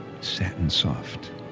satin-soft